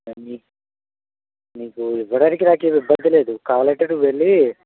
మీకు మీకు ఇవ్వడానికి నాకేమి ఇబ్బంది లేదు కావాలంటే నువ్వెళ్ళి